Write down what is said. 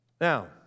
Now